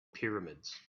pyramids